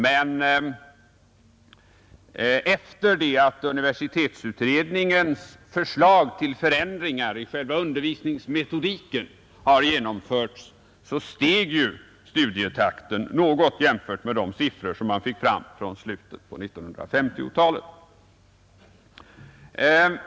Men efter det att universitetsutredningens förslag om ändringar i själva undervisningsmetodiken genomförts steg studietakten något jämfört med de siffror man fick fram från slutet på 1950-talet.